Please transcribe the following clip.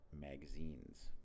magazines